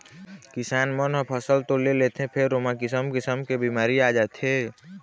किसान मन ह फसल तो ले लेथे फेर ओमा किसम किसम के बिमारी आ जाथे